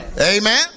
Amen